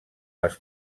les